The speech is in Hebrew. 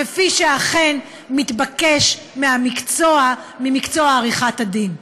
כפי שאכן מתבקש מהמקצוע עריכת הדין.